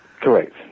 Correct